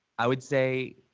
i would say